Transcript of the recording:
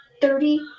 Thirty